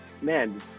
man